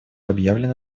объявлено